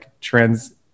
trends